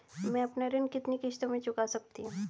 मैं अपना ऋण कितनी किश्तों में चुका सकती हूँ?